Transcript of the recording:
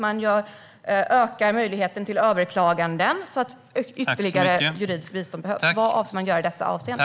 Man ökar möjligheten till överklaganden, så att ytterligare juridiskt bistånd behövs. Vad avser man att göra i detta avseende?